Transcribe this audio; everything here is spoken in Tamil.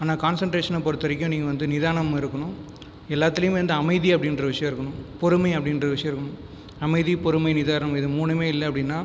ஆனால் கான்சென்ட்ரேஷனை பொறுத்த வரைக்கும் நீங்கள் வந்து நிதானமாக இருக்கணும் எல்லாத்துலேயும் வந்து அமைதி அப்படின்ற விஷயம் இருக்கணும் பொறுமை அப்படின்ற விஷயம் இருக்கணும் அமைதி பொறுமை நிதானம் இது மூணுமே இல்லை அப்படின்னா